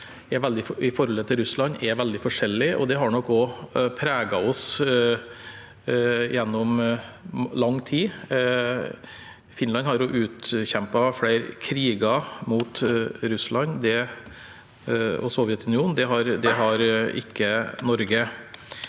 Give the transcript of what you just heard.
i forholdet til Russland, er veldig forskjellige, og det har nok også preget oss gjennom lang tid. Finland har utkjempet flere kriger mot Russland og Sovjetunionen, det har ikke Norge.